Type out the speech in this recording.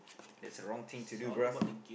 there's a wrong thing to do bruh